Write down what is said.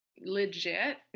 legit